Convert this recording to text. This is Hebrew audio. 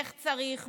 איך צריך,